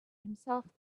himself